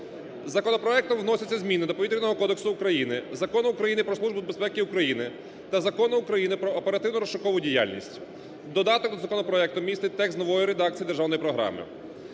Законопроектом вносяться зміни до Повітряного кодексу України, Закону України "Про Службу безпеки України" та Закону України "Про оперативно-розшукову діяльність". Додаток до законопроекту містить текст нової редакції державної програми.